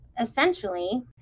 essentially